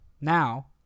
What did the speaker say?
Now